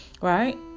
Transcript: Right